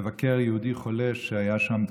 לבקר יהודי חולה שהיה שם,